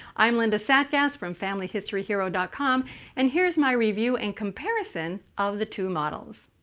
i'm linda sattgast from familyhistoryhero dot com and here's my review and comparison of the two models.